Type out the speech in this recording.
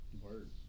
Word